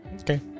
Okay